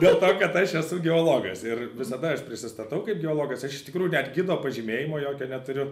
dėl to kad aš esu geologas ir visada aš prisistatau kaip geologas aš iš tikrųjų net gido pažymėjimo jokio neturiu